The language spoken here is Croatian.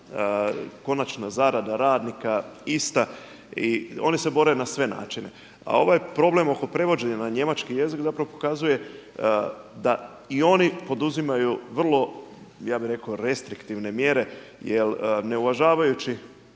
konačna zarada radnika ista i oni se bore na sve načine. A ovaj problem oko prevođenja na njemački jezik zapravo pokazuje da i oni poduzimaju vrlo, ja bih rekao restriktivne mjere jer ne uvažavajući